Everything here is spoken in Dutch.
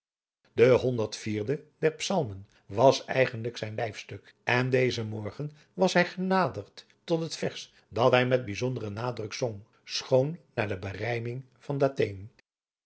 honderd vierde der psalmen was eigenlijk zijn lijfstuk en dezen morgen was hij genaderd tot het vers dat hij met bijzonderen nadruk zong schoon naar de berijming van